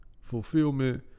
fulfillment